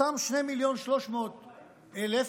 אותם 2.3 מיליון,